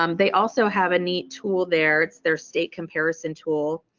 um they also have a neat tool there, it's their state comparison tool,